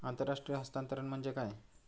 आंतरराष्ट्रीय हस्तांतरण म्हणजे काय?